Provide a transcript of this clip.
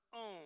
own